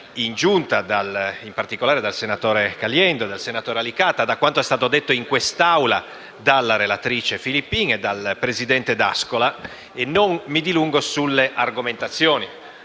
in Giunta, in particolare dal senatore Caliendo e dal senatore Alicata, e a quanto è stato detto in quest'Aula dalla relatrice Filippin e dal presidente D'Ascola e non mi dilungo sulle argomentazioni